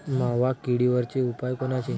मावा किडीवरचे उपाव कोनचे?